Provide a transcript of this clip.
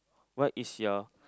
what is your